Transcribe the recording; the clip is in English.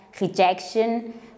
rejection